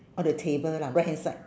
on the table lah right hand side